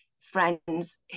friends